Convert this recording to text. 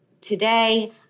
today